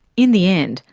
in the end,